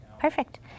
Perfect